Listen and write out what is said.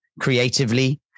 creatively